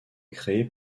créée